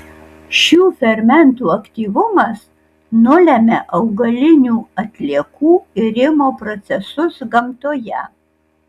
šių fermentų aktyvumas nulemia augalinių atliekų irimo procesus gamtoje